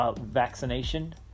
vaccination